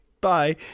bye